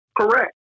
Correct